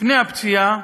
לפני הפציעה.